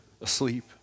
asleep